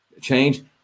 change